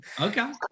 Okay